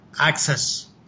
access